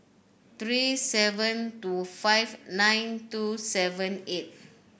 three seven two five nine two seven eight